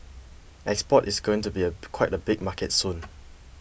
export is going to be up quite a big market soon